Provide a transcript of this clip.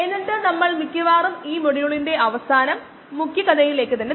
ആദ്യ ചോദ്യം നമ്മുടെ പതിവ് ആദ്യ ചോദ്യം എന്താണ് വേണ്ടത്